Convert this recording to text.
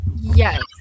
Yes